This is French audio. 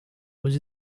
aux